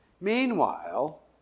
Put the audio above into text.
Meanwhile